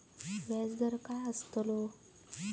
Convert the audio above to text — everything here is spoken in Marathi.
व्याज दर काय आस्तलो?